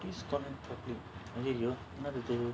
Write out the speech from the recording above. please connect properly ai~ !aiyo! என்னதிது:ennathithu